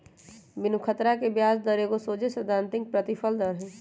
बिनु खतरा के ब्याज दर एगो सोझे सिद्धांतिक प्रतिफल दर हइ